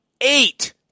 eight